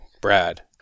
Brad